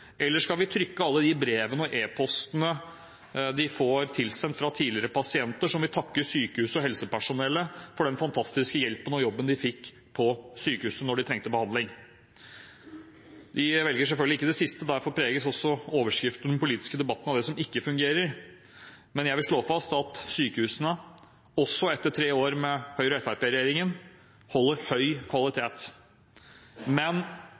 eller skal de trykke alle de brevene og e-postene de får tilsendt fra tidligere pasienter som vil takke sykehuset og helsepersonellet for den fantastiske hjelpen de fikk på sykehuset da de trengte behandling? De velger selvfølgelig ikke det siste, og derfor preges overskriftene og den politiske debatten av det som ikke fungerer. Jeg vil slå fast at sykehusene, også etter tre år med Høyre–Fremskrittsparti-regjeringen, holder høy kvalitet. Men